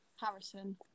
Harrison